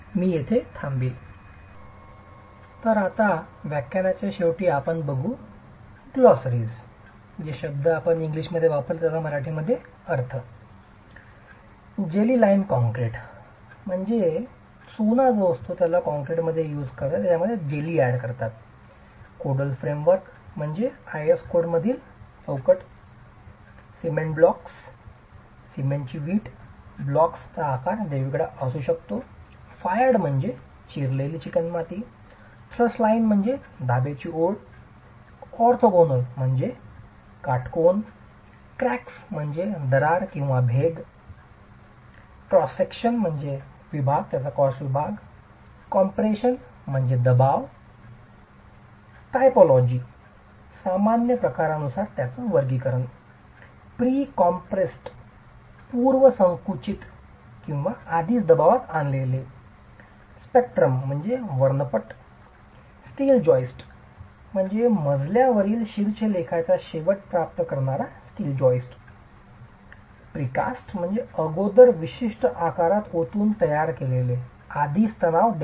मी येथे थांबेल